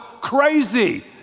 crazy